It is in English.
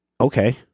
Okay